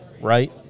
right